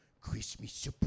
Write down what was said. Christmas